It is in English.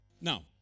Now